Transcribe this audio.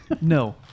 No